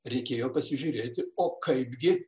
reikėjo pasižiūrėti o kaipgi